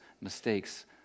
mistakes